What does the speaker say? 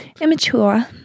immature